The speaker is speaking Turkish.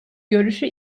görüşü